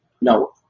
No